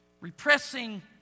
Repressing